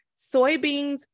Soybeans